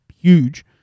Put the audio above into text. huge